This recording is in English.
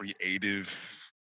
creative